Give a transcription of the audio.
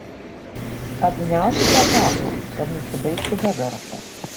apgniaužk jo kaklą kad nusibaigtų be garso